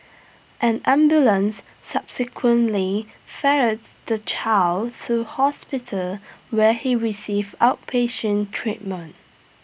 an ambulance subsequently ferried the child to hospital where he received outpatient treatment